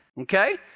Okay